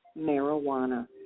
marijuana